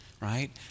right